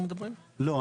לא,